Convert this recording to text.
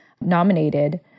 nominated